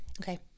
Okay